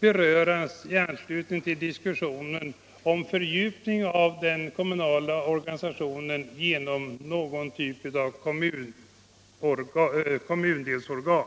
beröras i anslutning till diskussionen om fördjupning av den kommunala organisationen genom någon typ av kommundelsorgan.